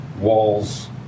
walls